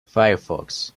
firefox